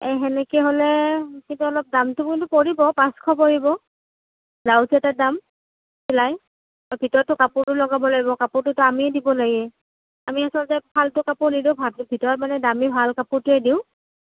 এই সেনেকৈ হ'লে কিন্তু অলপ দামতো কিন্তু পৰিব পাঁচশ পৰিব ব্লাউজ এটাৰ দাম চিলাই ভিতৰততো কাপোৰটো লগাব লাগিব কাপোৰটোতো আমিয়ে দিব লাগিল আমি আচলতে ফাল্টু কাপোৰ নিদিওঁ ভা ভিতৰত দামী ভাল কাপোৰটোৱেই দিওঁ